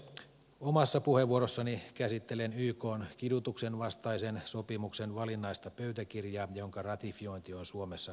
omassa puheenvuorossani käsittelen ykn kidutuksen vastaisen sopimuksen valinnaista pöytäkirjaa jonka ratifiointi on suomessa vireillä